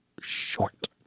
short